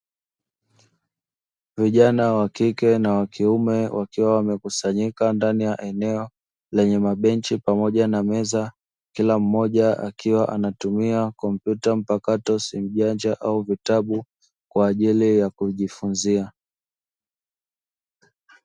Wa kike na wa kiume wakiwa wamekusanyika ndani ya eneo lenye mabenchi pamoja na meza. Kila mmoja akiwa anatumia kompyuta mpakato, simu janja au vitabu kwa ajili ya kujifunzia.